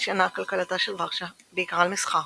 נשענה כלכלתה של ורשה בעיקר על מסחר.